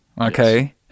Okay